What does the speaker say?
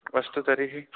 अस्तु तर्हि